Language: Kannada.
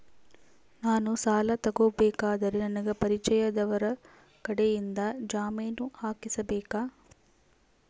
ನಾನು ಸಾಲ ತಗೋಬೇಕಾದರೆ ನನಗ ಪರಿಚಯದವರ ಕಡೆಯಿಂದ ಜಾಮೇನು ಹಾಕಿಸಬೇಕಾ?